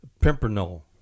Pimpernel